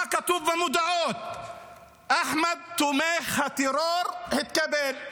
למה שכתוב במודעות: אחמד תומך הטרור התקבל,